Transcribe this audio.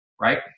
right